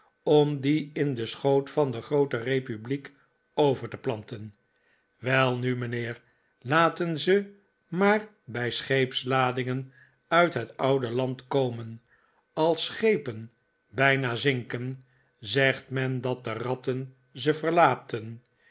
om die in den schoot van de groote republiek over te planten welnu mijnheer laten ze maar bij scheepsladingen uit het oude land komen als schepen bijna zinken zegt men dat de ratten ze verlaten